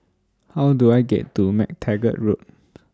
How Do I get to MacTaggart Road